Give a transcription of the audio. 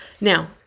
Now